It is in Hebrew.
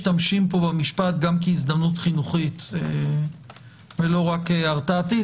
משתמשים במשפט גם כהזדמנות חינוכית ולא רק הרתעתית,